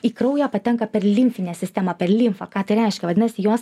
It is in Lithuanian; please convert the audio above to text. į kraują patenka per limfinę sistemą per limfą ką tai reiškia vadinasi jos